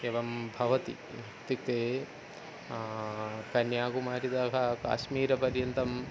एवं भवति इत्युक्ते कन्याकुमारितः काश्मीरपर्यन्तं